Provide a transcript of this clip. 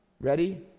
ready